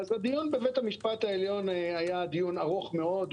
הדיון בבית-המשפט העליון היה דיון ארוך מאוד.